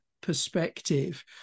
perspective